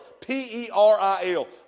P-E-R-I-L